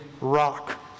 rock